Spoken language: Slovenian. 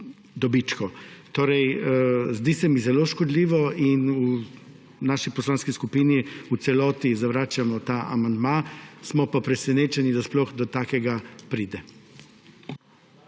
To se mi zdi zelo škodljivo in v naši poslanski skupini v celoti zavračamo ta amandma. Smo pa presenečeni, da sploh do takega pride.